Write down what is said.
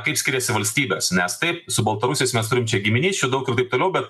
kaip skiriasi valstybės nes taip su baltarusiais mes turim čia giminysčių daug toliau bet